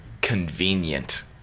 convenient